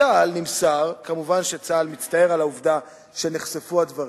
מצה"ל נמסר: מובן שצה"ל מצטער על העובדה שנחשפו הדברים.